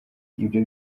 ibyo